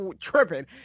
tripping